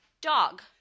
dog